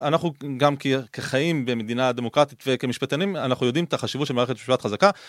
אנחנו גם כחיים במדינה דמוקרטית וכמשפטנים אנחנו יודעים את החשיבות של מערכת משפט חזקה